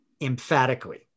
emphatically